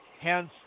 hence